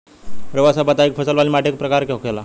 रउआ सब बताई कि फसल वाली माटी क प्रकार के होला?